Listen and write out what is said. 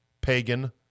pagan